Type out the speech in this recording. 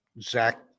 Zach